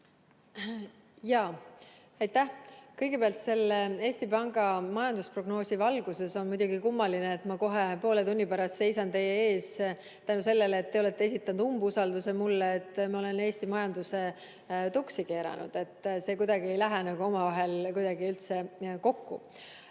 Aitäh! Kõigepealt, selle Eesti Panga majandusprognoosi valguses on muidugi kummaline, et ma kohe poole tunni pärast seisan teie ees seepärast, et te olete esitanud mulle umbusalduse, kuna ma olen Eesti majanduse tuksi keeranud. See kuidagi ei lähe nagu omavahel üldse kokku.